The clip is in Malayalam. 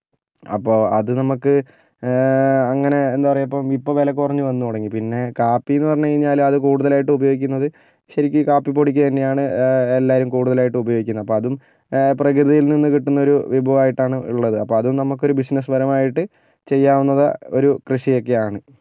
അപ്പോൾ അത് നമുക്ക് അങ്ങനെ എന്താ പറയുക ഇപ്പം ഇപ്പം വില കുറഞ്ഞ് വന്ന് തുടങ്ങി കാപ്പിയെന്ന് പറഞ്ഞ് കഴിഞ്ഞാൽ അത് കൂടുതലായിട്ടും ഉപയോഗിക്കുന്നത് ശരിക്ക് കാപ്പിപൊടിക്ക് തന്നെയാണ് എല്ലാവരും കൂടുതലായിട്ടും ഉപയോഗിക്കുന്നത് അപ്പോൾ അതും പ്രകൃതിയിൽ നിന്ന് കിട്ടുന്ന ഒരു വിഭവമായിട്ടാണ് ഉള്ളത് അപ്പോൾ അത് നമുക്കൊരു ബിസിനസ്സ് പരമായിട്ട് ചെയ്യാവുന്ന ഒരു കൃഷിയൊക്കെയാണ്